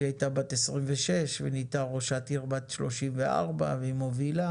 הייתה בת 26 ונהייתה ראשת עיר בת 34 והיא מובילה